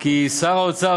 כי שר האוצר,